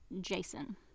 jason